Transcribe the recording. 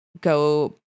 go